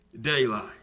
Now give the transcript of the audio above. daylight